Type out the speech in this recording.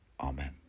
Amen